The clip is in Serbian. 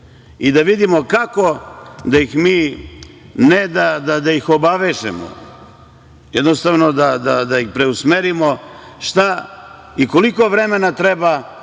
i da vidimo kako da ih mi, ne da ih obavežemo, jednostavno preusmerimo, koliko vremena treba,